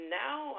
now